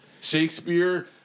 Shakespeare